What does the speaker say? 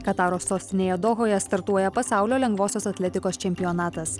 kataro sostinėje dohoje startuoja pasaulio lengvosios atletikos čempionatas